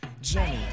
Jenny